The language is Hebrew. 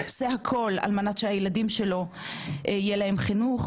עושה הכול על מנת שהילדים שלו יהיה להם חינוך